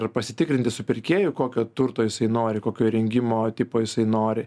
ir pasitikrinti su pirkėju kokio turto jisai nori kokio įrengimo tipo jisai nori